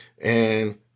and-